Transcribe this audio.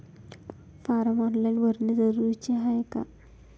Form online भरने जरुरीचे हाय का?